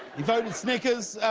he voted snickers.